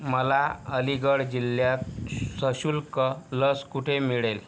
मला अलीगड जिल्ह्यात सशुल्क लस कुठे मिळेल